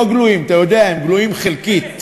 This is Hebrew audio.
הם לא גלויים, אתה יודע, הם גלויים חלקית.